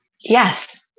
Yes